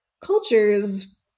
cultures